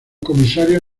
comisario